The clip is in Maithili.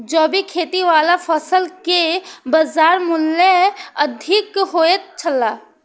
जैविक खेती वाला फसल के बाजार मूल्य अधिक होयत छला